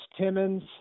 Timmons